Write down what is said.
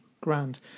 grand